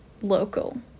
local